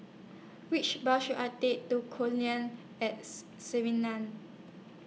Which Bus should I Take to At